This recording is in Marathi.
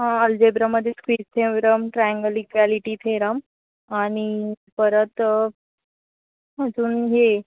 हा आल्जेब्रामध्ये squeeze theorem triangle equality theorem आणि परत अजून हे